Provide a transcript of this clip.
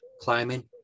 climbing